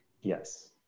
yes